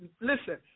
Listen